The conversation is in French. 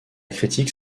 critique